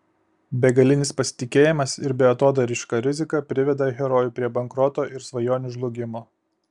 begalinis pasitikėjimas ir beatodairiška rizika priveda herojų prie bankroto ir svajonių žlugimo